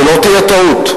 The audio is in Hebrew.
שלא תהיה טעות.